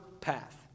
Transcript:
path